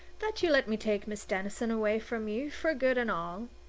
that you let me take miss denison away from you, for good and all!